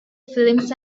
films